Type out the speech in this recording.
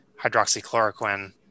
hydroxychloroquine